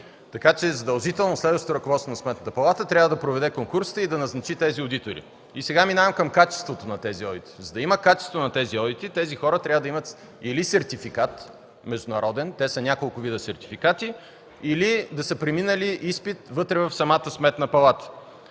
Така че е задължително следващото ръководство на Сметната палата да проведе конкурсите и да назначи тези одитори. Сега минавам към качеството на тези одити. За да има качество на тези одити, тези хора трябва да имат или международен сертификат – те са няколко вида сертификати, или да са преминали изпит вътре в самата Сметна палата.